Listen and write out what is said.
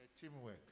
Teamwork